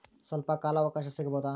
ಸ್ವಲ್ಪ ಕಾಲ ಅವಕಾಶ ಸಿಗಬಹುದಾ?